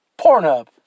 Pornhub